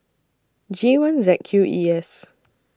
G one Z Q E S